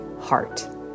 heart